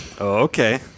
okay